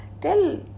tell